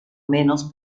menos